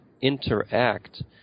interact